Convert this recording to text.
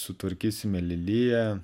sutvarkysime leliją